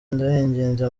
ndabinginze